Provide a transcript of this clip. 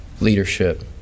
leadership